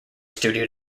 studio